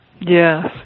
Yes